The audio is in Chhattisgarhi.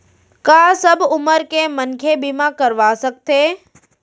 का सब उमर के मनखे बीमा करवा सकथे?